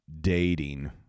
dating